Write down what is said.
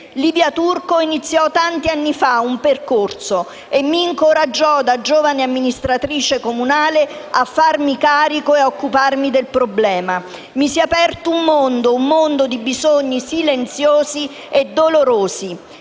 Livia Turco iniziò tanti anni fa un percorso e mi incoraggiò, da giovane amministratrice comunale, a farmi carico e a occuparmi del problema. Mi si è aperto un mondo, un mondo di bisogni silenziosi e dolorosi.